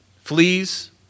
Fleas